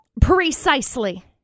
Precisely